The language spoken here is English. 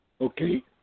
okay